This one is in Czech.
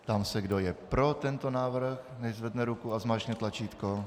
Ptám se, kdo je pro tento návrh, nechť zvedne ruku a zmáčkne tlačítko.